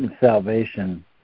salvation